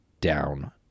down